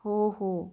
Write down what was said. हो हो